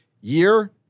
year